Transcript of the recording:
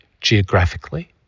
geographically